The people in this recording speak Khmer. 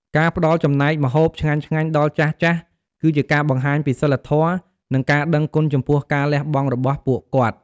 ការផ្តល់ចំណែកម្ហូបឆ្ងាញ់ៗដល់ចាស់ៗ គឺជាការបង្ហាញពីសីលធម៌ និងការដឹងគុណចំពោះការលះបង់របស់ពួកគាត់។